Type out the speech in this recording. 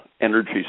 energy